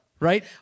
Right